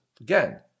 Again